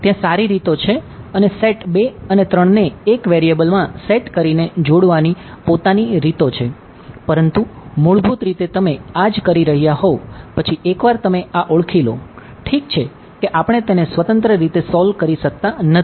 ત્યા સારી રીતો છે અને સેટ થતા નથી